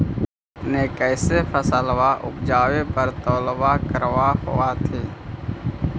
अपने कैसे फसलबा उपजे पर तौलबा करबा होत्थिन?